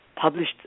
published